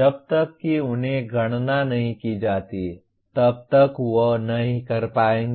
जब तक कि उन्हें गणना नहीं की जाती है तब तक वह नहीं कर पाएंगे